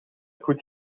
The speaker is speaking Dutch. goed